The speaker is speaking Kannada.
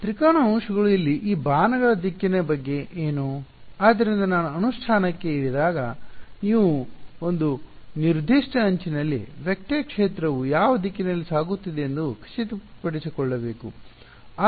ತ್ರಿಕೋನ ಅಂಶಗಳು ಇಲ್ಲಿ ಈ ಬಾಣಗಳ ದಿಕ್ಕಿನ ಬಗ್ಗೆ ಏನು ಆದ್ದರಿಂದ ನಾವು ಅನುಷ್ಠಾನಕ್ಕೆ ಇಳಿದಾಗ ನೀವು ಒಂದು ನಿರ್ದಿಷ್ಟ ಅಂಚಿನಲ್ಲಿ ವೆಕ್ಟರ್ ಕ್ಷೇತ್ರವು ಯಾವ ದಿಕ್ಕಿನಲ್ಲಿ ಸಾಗುತ್ತಿದೆ ಎಂದು ಖಚಿತಪಡಿಸಿಕೊಳ್ಳಬೇಕು